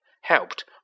helped